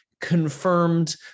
confirmed